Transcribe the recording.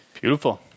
beautiful